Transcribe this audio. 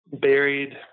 buried